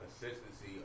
consistency